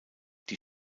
die